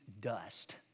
dust